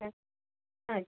हां अच्छा